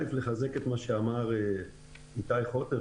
אני רוצה לחזק את מה שאמר איתי חוטר,